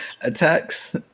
attacks